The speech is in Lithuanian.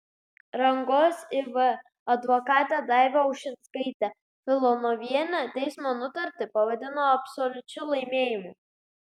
rangos iv advokatė daiva ušinskaitė filonovienė teismo nutartį pavadino absoliučiu laimėjimu